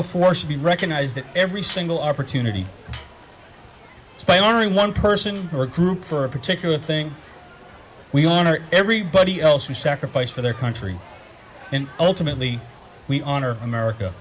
before should be recognized every single opportunity by honoring one person or group for a particular thing we honor everybody else we sacrifice for their country and ultimately we honor america